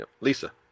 Lisa